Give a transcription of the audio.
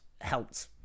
helped